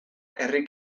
herri